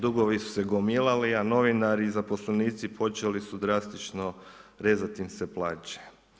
Dugovi su se gomilali, a novinari i zaposlenici, počeli su drastično rezati im se plaće.